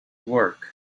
work